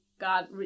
God